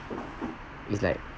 it's like